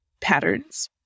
patterns